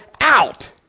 out